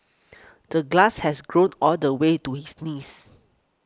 the glass has grown all the way to his knees